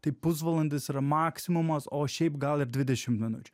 tai pusvalandis yra maksimumas o šiaip gal ir dvidešim minučių